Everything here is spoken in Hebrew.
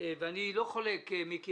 אני לא חולק, מיקי